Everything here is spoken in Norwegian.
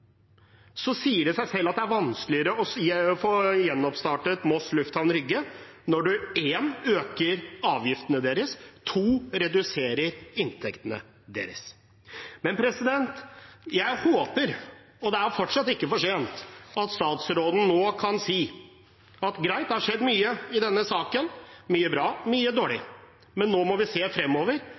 sier det seg selv at det er vanskeligere å få gjenoppstartet Moss lufthavn Rygge, når man for det første øker avgiftene deres og for det andre reduserer inntektene deres. Jeg håper, og det er fortsatt ikke for sent, at statsråden nå kan si at greit, det har skjedd mye i denne saken, mye bra, mye dårlig, men nå må vi se fremover,